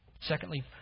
Secondly